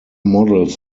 models